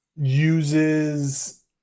uses